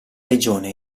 regione